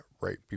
right